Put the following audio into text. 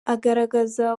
agaragaza